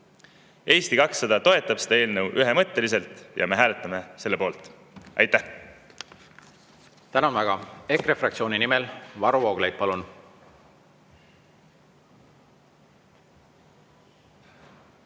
Eesti 200 toetab seda eelnõu ühemõtteliselt ja me hääletame selle poolt. Aitäh! Tänan väga! EKRE fraktsiooni nimel Varro Vooglaid, palun!